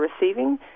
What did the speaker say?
receiving